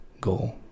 goal